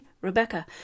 Rebecca